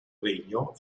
regno